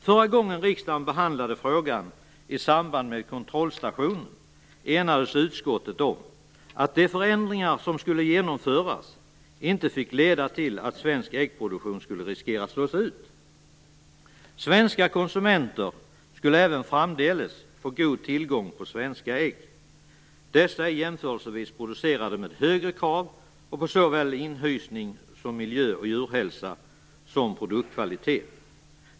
Förra gången riksdagen behandlade frågan i samband med kontrollstationen enades utskottet om att de förändringar som skulle genomföras inte fick leda till att svensk äggproduktion skulle riskeras att slås ut. Svenska konsumenter skulle även framdeles få god tillgång på svenska ägg, producerade med jämförelsevis högre krav på såväl inhysning och miljö som djurhälsa och produktkvalitet.